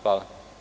Hvala.